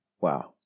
Wow